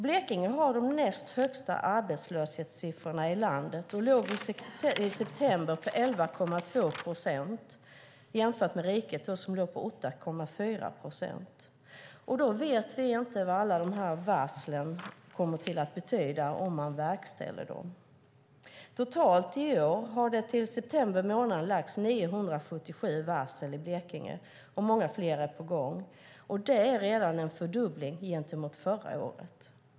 Blekinge har de näst högsta arbetslöshetssiffrorna i landet och låg i september på 11,2 procent, att jämföra med riket som låg på 8,4 procent. Då vet vi inte vad alla de här varslen kommer att betyda om man verkställer dem. Totalt i år har det till september månad lagts 947 varsel i Blekinge och många fler är på gång. Det är redan en fördubbling gentemot förra året.